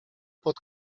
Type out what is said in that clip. pod